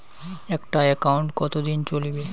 একটা একাউন্ট কতদিন চলিবে?